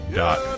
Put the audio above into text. dot